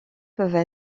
peuvent